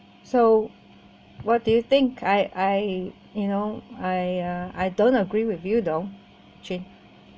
so what do you think I I you know I uh I don't agree with you though Ching